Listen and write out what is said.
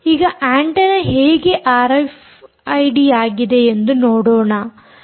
ಈಗ ಆಂಟೆನ್ನ ಹೇಗೆ ಆರ್ಎಫ್ಐಡಿಯಾಗಿದೆ ಎಂದು ನೋಡೋಣ